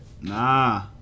nah